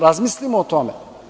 Razmislimo o tome.